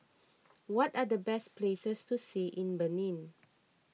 what are the best places to see in Benin